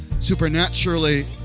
supernaturally